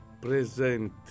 present